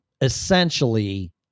essentially